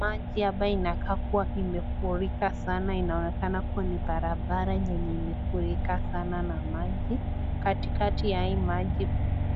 Maji ambayo inakaa kuwa imefurika sana inaonekana kuwa ni barabara yenye imefurika sana na maji, katikakti ya hii maji